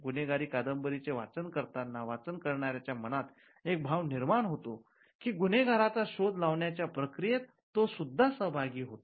गुन्हेगारी कादंबऱ्यांचे वाचन करताना वाचन करणाऱ्या च्या मनात एक भाव निर्माण होते की गुन्हेगाराचा शोध लावण्याच्या प्रक्रियेत तो सुद्धा सहभागी होता